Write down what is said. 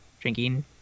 drinking